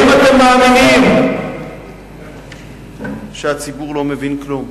האם אתם מאמינים שהציבור לא מבין כלום,